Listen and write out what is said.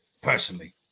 personally